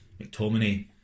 McTominay